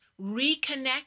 reconnect